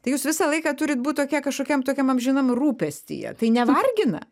tai jūs visą laiką turit būt tokia kažkokiam tokiam amžinam rūpestyje tai nevargina